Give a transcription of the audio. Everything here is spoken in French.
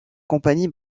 compagnie